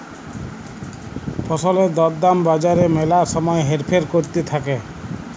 ফসলের দর দাম বাজারে ম্যালা সময় হেরফের ক্যরতে থাক্যে